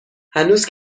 هنوز